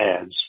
ads